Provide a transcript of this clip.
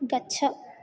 गच्छ